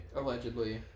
Allegedly